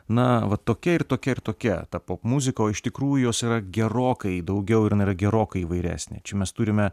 na va tokia ir tokia ir tokia ta popmuzika o iš tikrųjų jos yra gerokai daugiau ir na ji yra gerokai įvairesnė čia mes turime